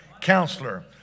Counselor